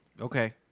Okay